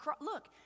look